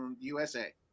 USA